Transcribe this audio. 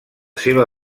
seva